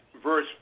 verse